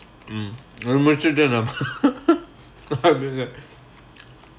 mm ஒரு:oru அப்புடியா:appudiyaa